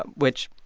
ah which